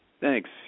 Thanks